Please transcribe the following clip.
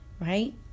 right